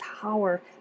power